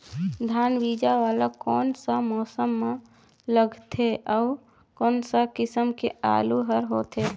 धान बीजा वाला कोन सा मौसम म लगथे अउ कोन सा किसम के आलू हर होथे?